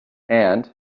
and